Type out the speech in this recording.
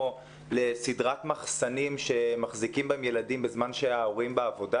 לאיזה סדרת מחסנים שמחזיקים בהם ילדים בזמן שההורים בעבודה,